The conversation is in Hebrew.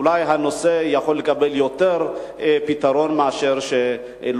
אולי כך הנושא יוכל לקבל פתרון יותר מאשר היום.